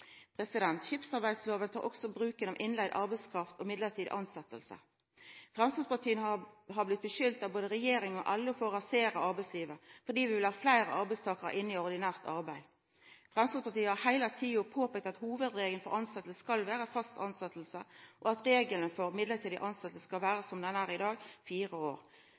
tar også opp bruken av innleidd arbeidskraft og midlertidig tilsetjing. Framstegspartiet har blitt skulda av både regjeringa og LO for å rasera arbeidslivet, fordi vi vil ha fleire arbeidstakarar inn i ordinært arbeid. Framstegspartiet har heile tida påpeikt at hovudregelen for tilsetjing skal vera fast tilsetjing, og at regelen for midlertidig tilsetjing skal vera som den er i dag, fire år.